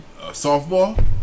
softball